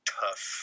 tough